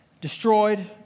destroyed